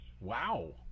Wow